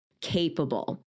capable